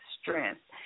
strength